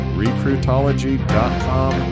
recruitology.com